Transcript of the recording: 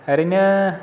ओरैनो